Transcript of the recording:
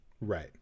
Right